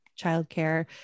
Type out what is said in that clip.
childcare